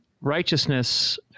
righteousness